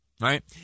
right